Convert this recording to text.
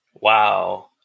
Wow